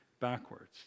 backwards